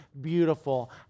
beautiful